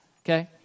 Okay